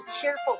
cheerful